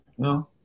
No